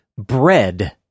bread